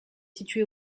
situé